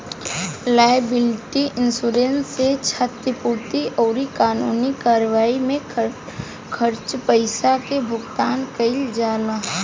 liability insurance से क्षतिपूर्ति अउरी कानूनी कार्यवाई में खर्च पईसा के भुगतान कईल जाला